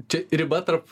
čia riba tarp